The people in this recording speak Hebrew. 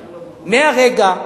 מרגע,